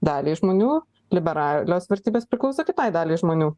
daliai žmonių liberalios vertybės priklauso kitai daliai žmonių